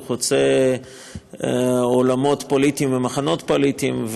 הוא חוצה עולמות פוליטיים ומחנות פוליטיים,